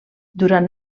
durant